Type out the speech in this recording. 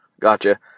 Gotcha